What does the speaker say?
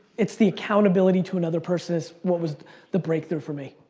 it's the accountability to another person is what was the break through for me.